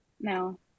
No